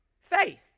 Faith